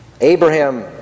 Abraham